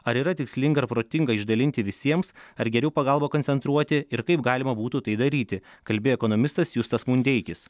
ar yra tikslinga ir protinga išdalinti visiems ar geriau pagalbą koncentruoti ir kaip galima būtų tai daryti kalbėjo ekonomistas justas mundeikis